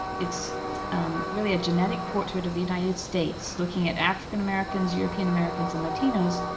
it's really a genetic portrait of the united states, looking at african americans, european americans, and latinos,